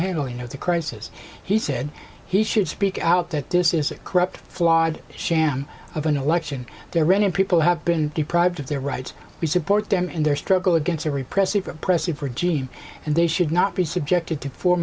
handling of the crisis he said he should speak out that this is a corrupt flawed sham of an election they're running people have been deprived of their rights we support them in their struggle against a repressive oppressive regime and they should not be subjected to four